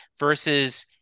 Versus